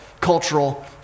cultural